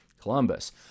Columbus